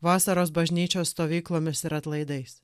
vasaros bažnyčios stovyklomis ir atlaidais